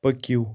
پٔکِو